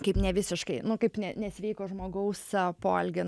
kaip nevisiškai nu kaip ne nesveiko žmogaus poelgį